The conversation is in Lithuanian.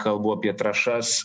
kalbu apie trąšas